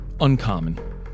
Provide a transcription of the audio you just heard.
uncommon